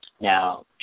Now